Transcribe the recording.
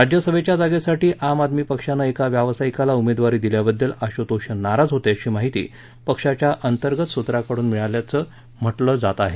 राज्यसभेच्या जागेसाठी आम आदमी पक्षानं एका व्यवसायिकाला उमेदवारी दिल्याबद्दल आशुतोष नाराज होते अशी माहिती पक्षाच्या अंतर्गत सूत्रांकडून मिळल्याच म्हटलं जात आहे